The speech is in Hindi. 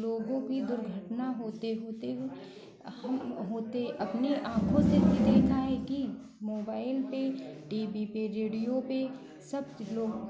लोगों की दुर्घटना होते होते हुए हम होते अपनी आँखों से भी देखा है कि मोबाइल पे टी वी पे रेडियो पे सब लोग